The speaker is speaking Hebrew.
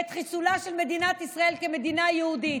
ואת חיסולה של מדינת ישראל כמדינה יהודית.